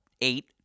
eight